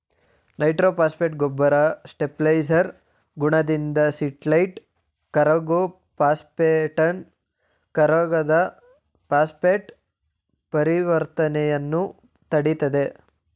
nitrophosphate ಗೊಬ್ಬರ stabiliser ಗುಣದಿಂದ citrate ಕರಗೋ ಫಾಸ್ಫೇಟನ್ನು ಕರಗದ ಫಾಸ್ಫೇಟ್ ಪರಿವರ್ತನೆಯನ್ನು ತಡಿತದೆ